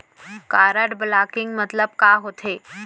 Card blocking मतलब का होथे?